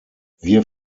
wir